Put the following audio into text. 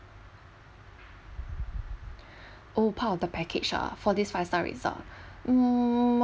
oh part of the package ah for this five star resort mm